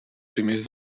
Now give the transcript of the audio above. primers